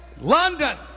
London